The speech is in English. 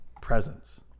presence